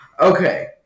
Okay